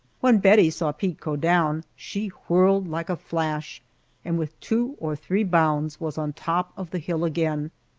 when bettie saw pete go down, she whirled like a flash and with two or three bounds was on top of the hill again.